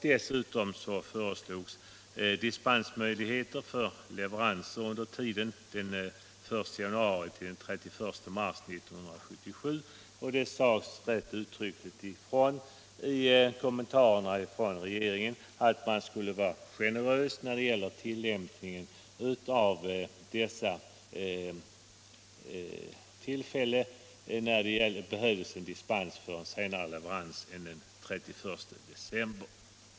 Desstrtom föreslogs dispensmöjligheter för leveranser under tiden 1 januari-31 mars 1977, och i kommentarerna från regeringen uttrycktes tydligt att man skulle vara generös vid tillämpningen av dispensreglerna för leverans senare än 31 december.